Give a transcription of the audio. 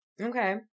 Okay